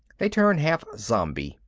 they turn half zombie.